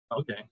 okay